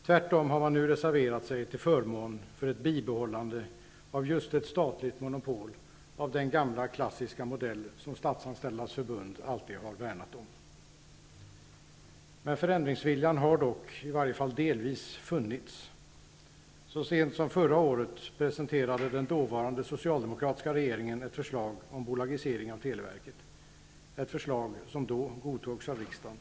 Tvärtom har man nu reserverat sig till förmån för ett bibehållande av just ett statligt monopol av den gamla klassiska modell som Statsanställdas förbund alltid har värnat om. Men förändringsviljan har dock, i varje fall delvis, funnits! Så sent som förra året presenterade den dåvarande socialdemokratiska regeringen ett förslag om bolagisering av televerket, ett förslag som då godtogs av riksdagen.